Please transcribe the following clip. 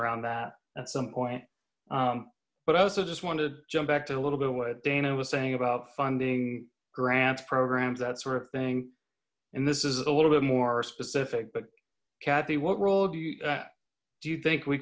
around that at some point but also just wanted to jump back to a little bit of what dana was saying about funding grants programs that sort of thing and this is a little bit more specific but kathy what role do you yeah do you think we